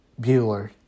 Bueller